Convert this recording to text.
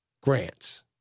grants